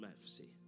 mercy